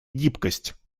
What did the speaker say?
гибкость